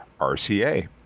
rca